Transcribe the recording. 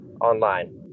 online